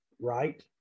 right